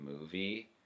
movie